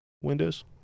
Windows